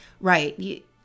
right